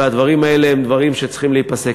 והדברים האלה הם דברים שצריכים להיפסק.